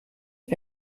die